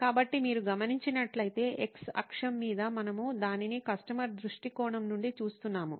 కాబట్టి మీరు గమనించినట్లయితే x అక్షం మీద మనము దానిని కస్టమర్ దృష్టికోణం నుండి చూస్తున్నాము